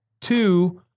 two